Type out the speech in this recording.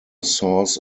source